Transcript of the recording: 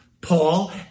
Paul